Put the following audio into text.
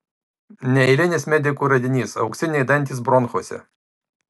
neeilinis medikų radinys auksiniai dantys bronchuose